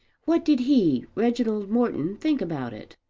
what did he, reginald morton, think about it?